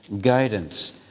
guidance